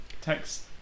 text